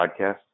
podcast